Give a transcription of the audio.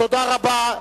תודה רבה.